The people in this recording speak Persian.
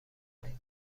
توانید